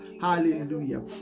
Hallelujah